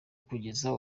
kugeza